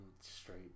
straight